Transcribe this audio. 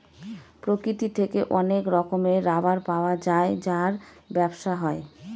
প্রকৃতি থেকে অনেক রকমের রাবার পাওয়া যায় যার ব্যবসা হয়